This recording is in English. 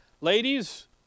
Ladies